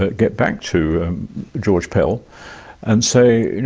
ah get back to george pell and say,